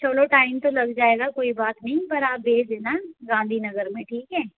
चलो टाइम तो लग जाएगा कोई बात नहीं पर आप भेज देना गांधीनगर में ठीक है